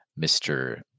Mr